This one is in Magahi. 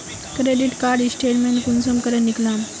क्रेडिट कार्ड स्टेटमेंट कुंसम करे निकलाम?